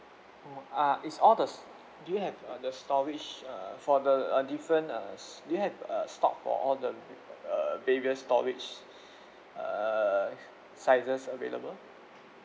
oh uh is all the do you have uh the storage uh for the uh different uh do you have uh stock for all the uh various storage err sizes available